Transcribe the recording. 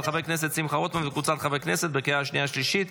של חבר הכנסת שמחה רוטמן וקבוצת חברי הכנסת בקריאה שנייה ושלישית.